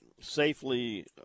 safely